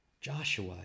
Joshua